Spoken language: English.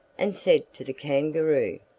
and said to the kangaroo,